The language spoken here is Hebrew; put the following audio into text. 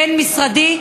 בין-משרדי,